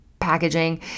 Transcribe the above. packaging